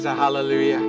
Hallelujah